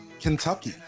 Kentucky